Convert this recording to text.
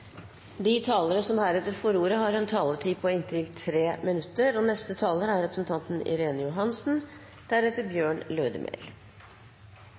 De talere som heretter får ordet, har en taletid på inntil 3 minutter. Det er i kommunene folk bor og